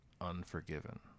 unforgiven